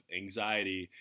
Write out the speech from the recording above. anxiety